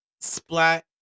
splat